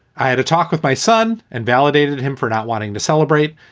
i had a talk with my son and validated him for not wanting to celebrate.